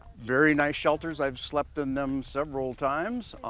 very nice shelters, i've slept in them several times.